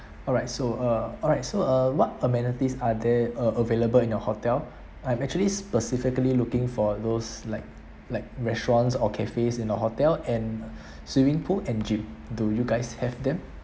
alright so uh alright so uh what amenities are there uh available in your hotel I'm actually specifically looking for those like like restaurants or cafes in a hotel and swimming pool and gym do you guys have them